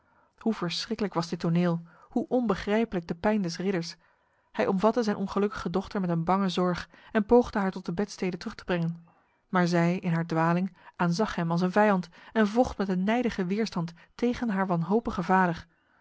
hoe verschriklijk was dit toneel hoe onbegrijpelijk de pijn des ridders hij omvatte zijn ongelukkige dochter met een bange zorg en poogde haar tot de bedstede terug te brengen maar zij in haar dwaling aanzag hem als een vijand en vocht met een nijdige weerstand tegen haar wanhopige